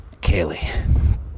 Kaylee